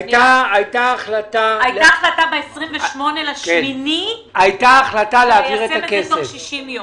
הייתה החלטה ב-28 באוגוסט ליישם את זה תוך 60 יום.